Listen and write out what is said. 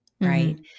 right